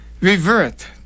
revert